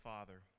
Father